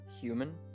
Human